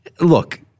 look